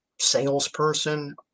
salesperson